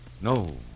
no